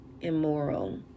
immoral